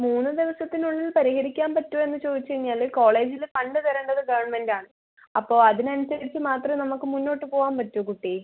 മൂന്ന് ദിവസത്തിനുള്ളിൽ പരിഹരിക്കാൻ പറ്റുമോ എന്ന് ചോദിച്ച് കഴിഞ്ഞാല് കോളേജില് ഫണ്ട് തരേണ്ടത് ഗവൺമെൻറ്റാണ് അപ്പോൾ അതിനനുസരിച്ച് മാത്രമെ നമുക്ക് മുന്നോട്ട് പോവാൻ പറ്റൂ കുട്ടീ